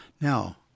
Now